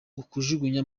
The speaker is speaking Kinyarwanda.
ukujugunya